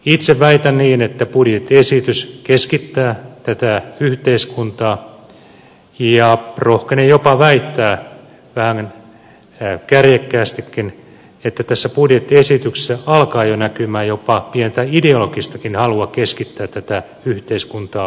itse väitän niin että budjettiesitys keskittää tätä yhteiskuntaa ja rohkenen jopa väittää vähän kärjekkäästikin että tässä budjettiesityksessä alkaa jo näkyä jopa pientä ideologistakin halua keskittää tätä yhteiskuntaa keskuksiin